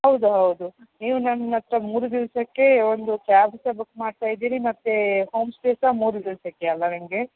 ಹೌದು ಹೌದು ನೀವು ನನ್ನ ಹತ್ತಿರ ಮೂರು ದಿವಸಕ್ಕೆ ಒಂದು ಕ್ಯಾಬ್ ಸಹ ಬುಕ್ ಮಾಡ್ತಾ ಇದ್ದೀರಿ ಮತ್ತು ಹೋಮ್ ಸ್ಟೇ ಸಹ ಮೂರು ದಿವಸಕ್ಕೆ ಅಲ್ಲ ನಿಮಗೆ